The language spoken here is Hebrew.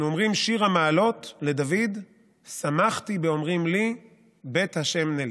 אנחנו אומרים: "שיר המעלות לדוד שמחתי באֹמרים לי בית ה' נלך".